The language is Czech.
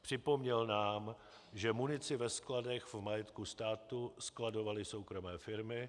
Připomněl nám, že munici ve skladech v majetku státu skladovaly soukromé firmy.